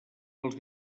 els